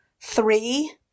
three